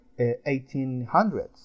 1800s